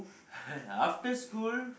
after school